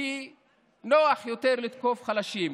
כי נוח יותר לתקוף חלשים,